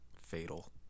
Fatal